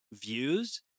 views